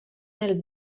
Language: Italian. nel